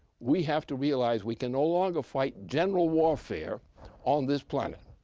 we have to realize we can no longer fight general warfare on this planet,